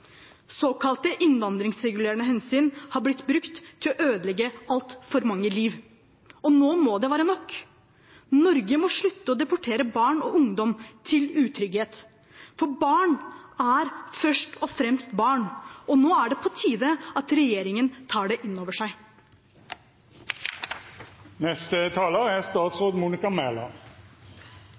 Såkalte innvandringsregulerende hensyn har blitt brukt til å ødelegge altfor mange liv. Nå må det være nok. Norge må slutte å deportere barn og ungdom til utrygghet. For barn er først og fremst barn, og nå er det på tide at regjeringen tar det